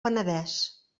penedès